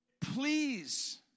Please